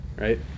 right